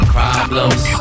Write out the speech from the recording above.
problems